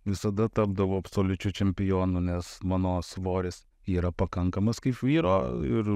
visada tapdavau absoliučiu čempionu nes mano svoris yra pakankamas kaip vyro ir